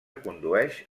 condueix